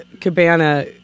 Cabana